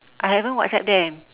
I haven't whatsapp them